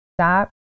stop